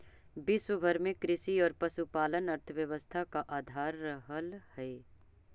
विश्व भर में कृषि और पशुपालन अर्थव्यवस्था का आधार रहलई हे